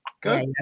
good